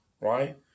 right